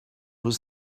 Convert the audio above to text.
was